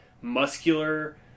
muscular